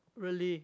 really